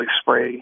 spray